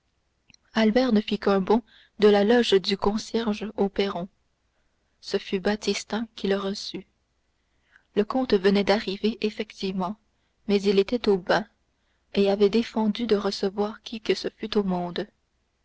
albert ne fit qu'un bond de la loge du concierge au perron ce fut baptistin qui le reçut le comte venait d'arriver effectivement mais il était au bain et avait défendu de recevoir qui que ce fût au monde